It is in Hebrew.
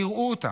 שיראו אותם.